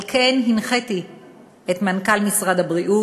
על כן הנחיתי את מנכ"ל משרד הבריאות,